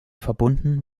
verbunden